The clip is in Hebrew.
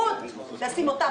עוד שנה,